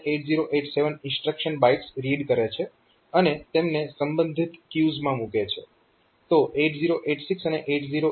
હવે 8086 અને 8087 instruction bytes read કરે છે અને તેમને સંબંધિત ક્યુઝ માં મૂકે છે